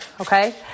Okay